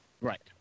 right